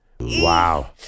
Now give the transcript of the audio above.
Wow